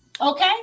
Okay